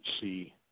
see